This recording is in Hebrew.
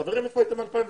חברים, איפה הייתם מ-2016?